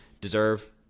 deserve